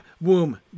womb